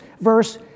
verse